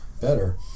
better